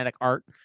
art